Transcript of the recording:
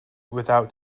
without